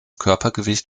körpergewicht